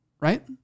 right